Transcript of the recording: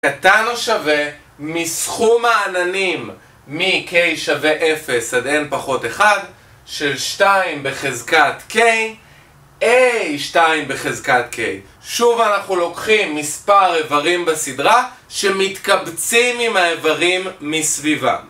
קטן או שווה מסכום העננים מ-k שווה 0 עד n פחות 1 של 2 בחזקת k, a2 בחזקת k. שוב אנחנו לוקחים מספר איברים בסדרה שמתקבצים עם האיברים מסביבם.